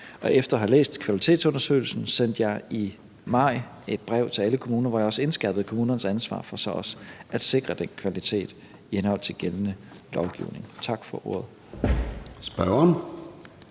efter at have læst kvalitetsundersøgelsen sendte jeg i maj et brev til alle kommuner, hvor jeg også indskærpede kommunernes ansvar for så også at sikre den kvalitet i henhold til gældende lovgivning. Tak for ordet.